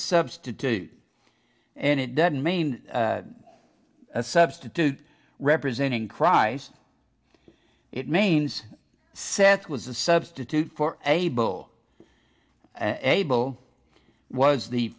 substitute and it doesn't mean a substitute representing crys it means seth was a substitute for abel abel was the